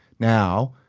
now,